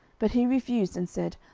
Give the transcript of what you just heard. but he refused, and said,